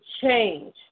change